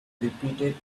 repeated